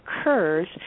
occurs